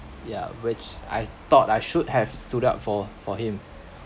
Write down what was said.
ya which I thought I should have stood up for for him